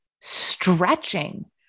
stretching